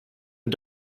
and